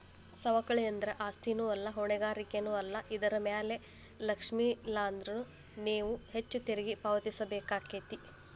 ಸವಕಳಿ ಅಂದ್ರ ಆಸ್ತಿನೂ ಅಲ್ಲಾ ಹೊಣೆಗಾರಿಕೆನೂ ಅಲ್ಲಾ ಇದರ್ ಮ್ಯಾಲೆ ಲಕ್ಷಿಲ್ಲಾನ್ದ್ರ ನೇವು ಹೆಚ್ಚು ತೆರಿಗಿ ಪಾವತಿಸಬೇಕಾಕ್ಕೇತಿ